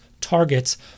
targets